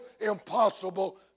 impossible